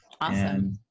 Awesome